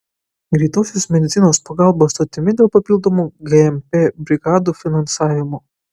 greitosios medicinos pagalbos stotimi dėl papildomų gmp brigadų finansavimo